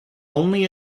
only